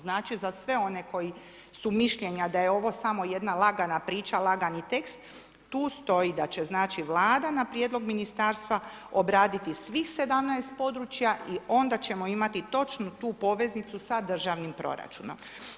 Znači za sve one koji su mišljenja da je ovo samo jedna lagana priča, lagani tekst, tu stoji da će Vlada na prijedlog ministarstva obraditi svih 17 područja i onda ćemo imati točno tu poveznicu sa državnim proračunom.